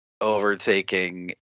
overtaking